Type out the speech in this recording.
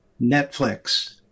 Netflix